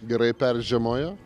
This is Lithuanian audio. gerai peržiemojo